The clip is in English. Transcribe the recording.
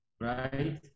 right